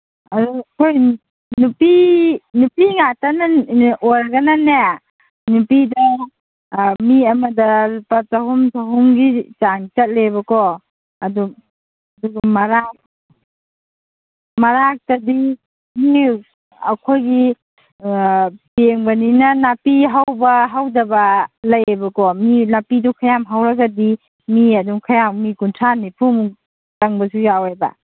ꯑꯗꯨ ꯑꯩꯈꯣꯏ ꯅꯨꯄꯤ ꯅꯨꯄꯤ ꯉꯥꯛꯇꯅ ꯑꯣꯏꯔꯒꯅꯅꯦ ꯅꯨꯄꯤꯗ ꯃꯤ ꯑꯃꯗ ꯂꯨꯄꯥ ꯆꯍꯨꯝ ꯆꯍꯨꯝꯒꯤ ꯆꯥꯡ ꯆꯠꯂꯦꯕꯀꯣ ꯑꯗꯨ ꯑꯗꯨꯒ ꯃꯔꯥꯛ ꯃꯔꯥꯛꯇꯗꯤ ꯃꯤ ꯑꯩꯈꯣꯏꯒꯤ ꯄꯦꯡꯕꯅꯤꯅ ꯅꯥꯄꯤ ꯍꯧꯕ ꯍꯧꯗꯕ ꯂꯩꯌꯦꯕꯀꯣ ꯃꯤ ꯅꯥꯄꯤꯗꯣ ꯈꯔ ꯌꯥꯝ ꯍꯧꯔꯒꯗꯤ ꯃꯤ ꯑꯗꯨꯝ ꯈꯔ ꯌꯥꯝꯃꯤ ꯃꯤ ꯀꯨꯟꯊ꯭ꯔꯥ ꯅꯤꯐꯨꯃꯨꯛ ꯆꯪꯕꯁꯨ ꯌꯥꯎꯋꯦꯕ